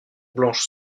blanche